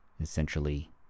essentially